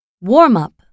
Warm-up